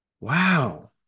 wow